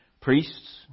Priests